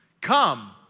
Come